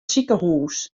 sikehûs